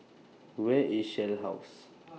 Where IS Shell House